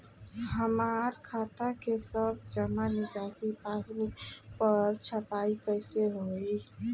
हमार खाता के सब जमा निकासी पासबुक पर छपाई कैसे होई?